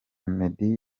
meddy